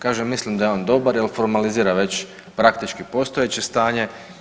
Kažem, mislim da je on dobar jer formalizira već praktički postojeće stanje.